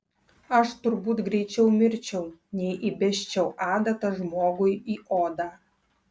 aš turbūt greičiau mirčiau nei įbesčiau adatą žmogui į odą